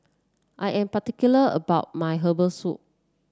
I am particular about my Herbal Soup